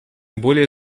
более